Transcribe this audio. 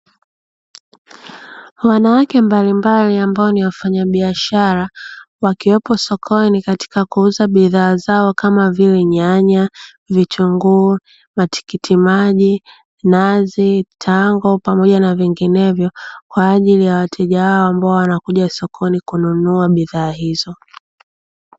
Wanawake mbalimbali ambao ni wafanya biashara wakiwepo sokoni katika kuuza bidhaa zao kama vile nyanya, vitunguu, matikiti maji, nazi, tango pamoja na vinginevyo kwa ajili ya wateja wao wanaokuja sokoni kwa ajili ya kununua bidhaa hizo.